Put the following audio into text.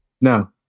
No